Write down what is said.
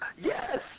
yes